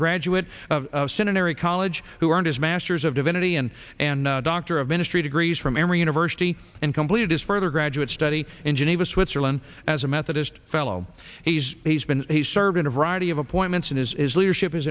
graduate of centenary college who aren't as masters of divinity and and doctor of ministry degrees from emory university and completed his further graduate study in geneva switzerland as a methodist fellow he's he's been he's served in a variety of appointments and is leadership is